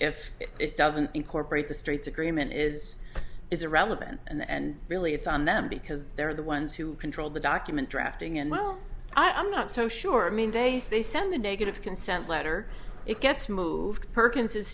if it doesn't incorporate the straits agreement is irrelevant and really it's on them because they're the ones who control the document drafting and well i'm not so sure i mean days they send a negative consent letter it gets moved perkins is